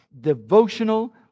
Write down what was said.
devotional